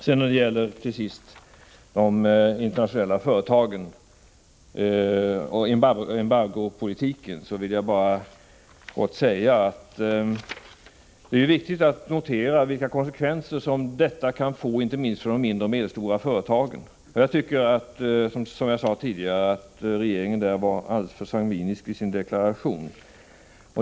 Vad till sist beträffar de internationella företagen och embargopolitiken vill jag bara säga att det är viktigt att notera vilka konsekvenser denna politik kan få inte minst för de mindre och medelstora företagen. Som jag sade tidigare tycker jag att regeringen är alldeles för sangvinisk i sin deklaration.